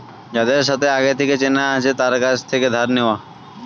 যাদের সাথে আগে থেকে চেনা আছে তার কাছ থেকে ধার নেওয়া